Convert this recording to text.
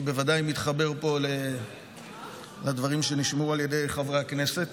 אני בוודאי מתחבר פה לדברים שנשמעו על ידי חברי הכנסת.